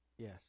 Yes